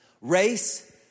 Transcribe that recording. Race